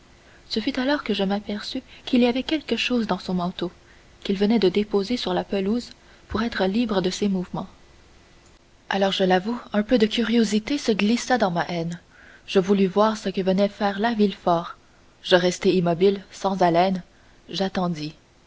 ce fut alors que je m'aperçus qu'il y avait quelque chose dans son manteau qu'il venait de déposer sur la pelouse pour être plus libre de ses mouvements alors je l'avoue un peu de curiosité se glissa dans ma haine je voulus voir ce que venait faire là villefort je restai immobile sans haleine j'attendis